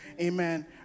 amen